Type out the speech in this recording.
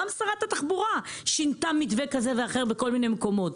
גם שרת התחבורה שינתה מתווה כזה ואחר בכל מיני מקומות.